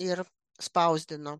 ir spausdino